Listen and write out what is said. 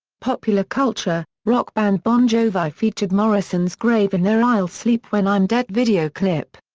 popular culture rock band bon jovi featured morrison's grave in their i'll sleep when i'm dead video clip.